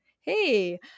Hey